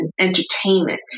entertainment